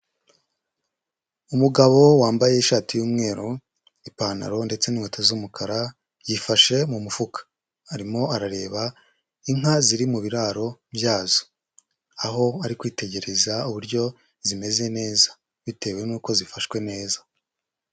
Umugabo wambaye ishati y'umweru ipantaro ndetse n'inkweto z'umukara yifashe mu mufuka, arimo arareba inka ziri mu biraro byazo, aho ari kwitegereza uburyo zimeze neza bitewe nuko zifashwe neza.